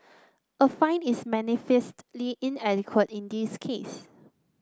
a fine is manifestly inadequate in this case